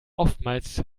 oftmals